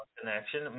connection